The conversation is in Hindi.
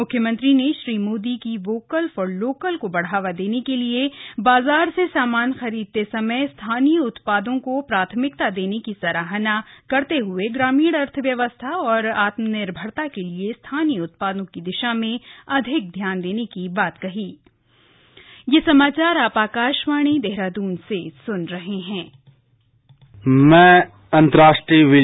मुख्यमंत्री ने श्री मोदी की वोकल फॉर लोकल को बढावा देने के लिए बाजार से सामान खरीदते समय स्थानीय उत्पादों को प्राथमिकता देने की सराहना करते हुए ग्रामीण अर्थव्यवस्था और आत्मनिर्भरता के लिए स्थानीय उत्पादों की दिशा में अधिक ध्यान की बात कही